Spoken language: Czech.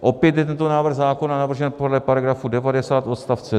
Opět je tento návrh zákona navržen podle § 90 odst.